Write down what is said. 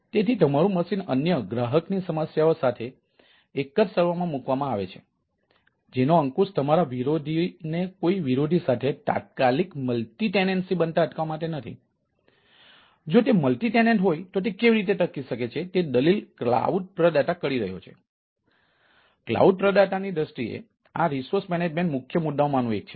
તેથી જેમ કે અમે મલ્ટી ટેનન્સી મુખ્ય મુદ્દાઓમાંનું એક છે